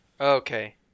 Okay